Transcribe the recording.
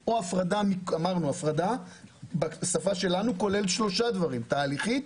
ואמרנו שהפרדה בשפה שלנו כוללת שלושה דברים: תהליכית,